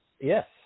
Yes